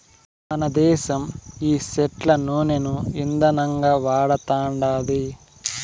మనదేశం ఈ సెట్ల నూనను ఇందనంగా వాడతండాది